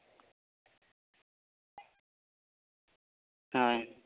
ᱦᱩᱸ